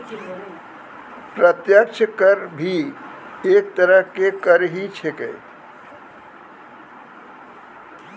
प्रत्यक्ष कर भी एक तरह के कर ही छेकै